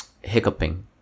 hiccuping